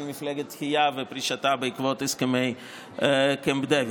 מפלגת התחיה ופרישתה בעקבות הסכמי קמפ דייוויד.